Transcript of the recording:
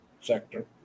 sector